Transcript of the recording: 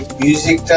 music